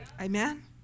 amen